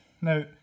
Now